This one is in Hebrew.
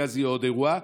כי אז יהיה עוד אירוע.